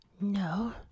No